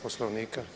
Poslovnika.